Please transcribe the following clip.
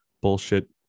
bullshit